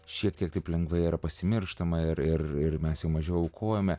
šiek tiek taip lengvai pasimirštama ir ir mes jau mažiau aukojome